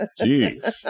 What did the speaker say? Jeez